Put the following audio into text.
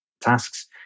tasks